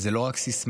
זו לא רק סיסמה,